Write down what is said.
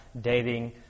dating